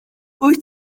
wyt